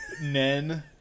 Nen